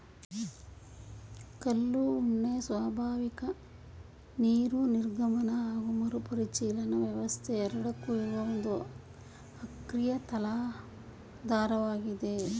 ಕಲ್ಲು ಉಣ್ಣೆ ಸ್ವಾಭಾವಿಕ ನೀರು ನಿರ್ಗಮನ ಹಾಗು ಮರುಪರಿಚಲನಾ ವ್ಯವಸ್ಥೆ ಎರಡಕ್ಕೂ ಇರುವ ಒಂದು ಅಕ್ರಿಯ ತಲಾಧಾರವಾಗಿದೆ